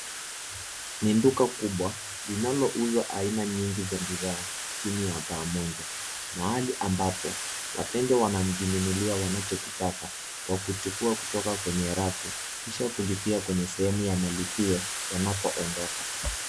Ni duka kubwa linalouza aina mbalimbali za bidhaa chini ya paa moja. Mahali ambapo wateja wanajinulia wanachokitaka kwa kuchukuwa kutoka kwenye rafu kisha kulipia kwenye sehemu ya malipio wanapoondoka.